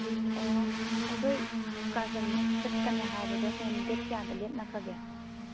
ꯑꯣ ꯑꯩꯈꯣꯏ ꯏꯁꯀꯥꯔꯁꯟ ꯆꯠꯀꯅꯦ ꯍꯥꯏꯕꯗꯣ ꯃꯦꯝ ꯗꯦꯠ ꯀꯌꯥꯗ ꯂꯦꯞꯅꯈ꯭ꯔꯒꯦ